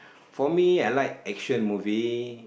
for me I like action movie